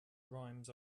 rhymes